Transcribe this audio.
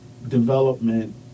development